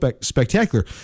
spectacular